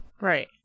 Right